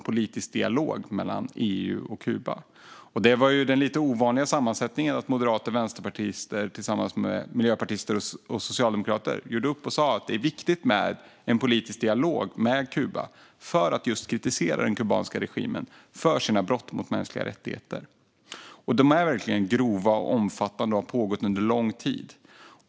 Det var i en lite ovanlig sammansättning: Moderater och vänsterpartister gjorde tillsammans med miljöpartister och socialdemokrater upp och sa att det är viktigt med politisk dialog med Kuba för att just kritisera den kubanska regimen för dess brott mot mänskliga rättigheter. Dessa brott är verkligen grova och omfattande och har pågått under lång tid.